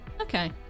okay